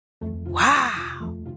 Wow